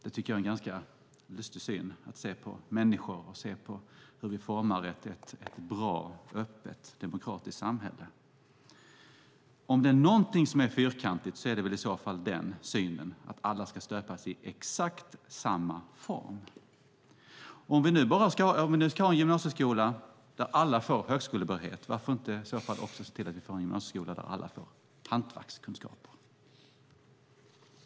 Det tycker jag är en ganska lustig syn på människor och på hur vi formar ett bra, öppet och demokratiskt samhälle. Om det är någonting som är fyrkantigt är det i så fall den synen, att alla ska stöpas i exakt samma form. Om vi nu ska ha en gymnasieskola där alla får högskolebehörighet, varför i så fall inte också se till att vi får en gymnasieskola där alla får hantverkskunskap?